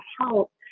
help